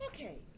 Okay